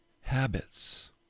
habits